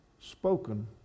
spoken